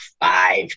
five